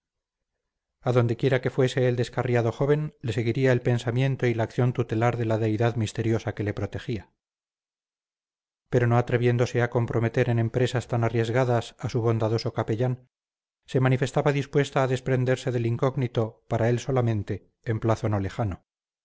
a donde quiera que fuese el descarriado joven le seguiría el pensamiento y la acción tutelar de la deidad misteriosa que le protegía pero no atreviéndose a comprometer en empresas tan arriesgadas a su bondadoso capellán se manifestaba dispuesta a desprenderse del incógnito para él solamente en plazo no lejano